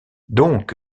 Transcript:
donc